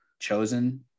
chosen